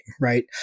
right